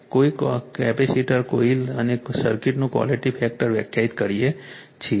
તેથી coil capacitors અને સર્કિટનું ક્વૉલિટી ફેક્ટર વ્યાખ્યાયિત કરીએ છીએ